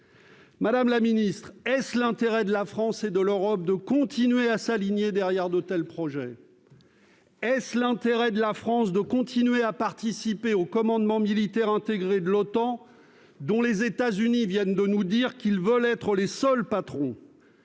Madame la ministre, est-ce l'intérêt de la France et de l'Europe de continuer à s'aligner derrière de tels projets ? Est-ce l'intérêt de la France de continuer à participer au commandement militaire intégré de l'OTAN, dont les États-Unis viennent de nous dire qu'ils veulent être les seuls patrons ?